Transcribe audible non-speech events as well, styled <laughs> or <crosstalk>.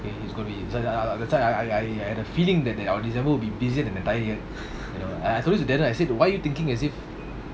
okay if it's gonna be so I I that's why I I I had a feeling that our december will be busier than the entire year <laughs> you know I told this to darren I said why are you thinking as if